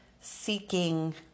seeking